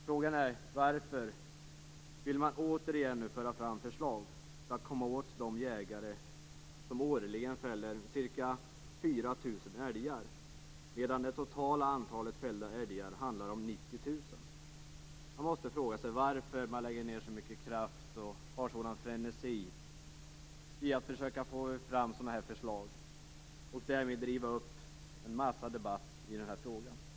Frågan är: Varför vill man återigen föra fram förslag för att komma åt de jägare som årligen fäller ca 4 000 älgar, när det totala antalet fällda älgar handlar om 90 000? Varför lägger man ned så mycket kraft och varför visar man en sådan frenesi när det gäller att försöka få fram sådana här förslag? Därmed driver man ju fram en hel del diskussioner i den här frågan.